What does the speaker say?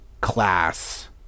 class